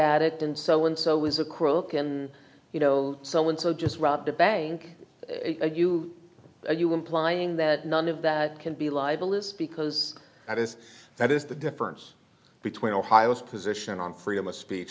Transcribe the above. addict and so and so is a crook and you know so and so just robbed a bank and you are you implying that none of that can be libelous because that is that is the difference between ohio's position on freedom of speech